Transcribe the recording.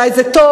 אולי זה טוב,